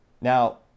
Now